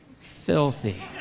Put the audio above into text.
filthy